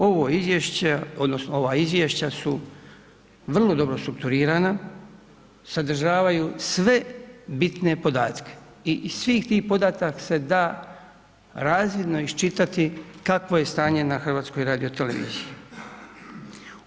Ovo izvješće odnosno ova izvješća su vrlo dobro strukturirana, sadržavaju sve bitne podatke, i iz svih tih podataka se da razvidno iščitati kakvo je stanje na HRT-u.